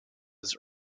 his